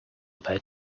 bet